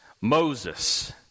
Moses